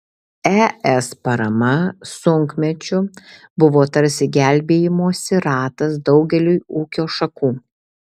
es parama sunkmečiu buvo tarsi gelbėjimosi ratas daugeliui ūkio šakų